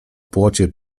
płocie